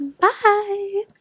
Bye